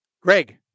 Greg